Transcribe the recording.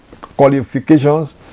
qualifications